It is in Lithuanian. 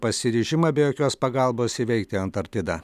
pasiryžimą be jokios pagalbos įveikti antarktidą